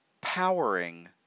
powering